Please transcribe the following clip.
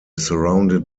surrounded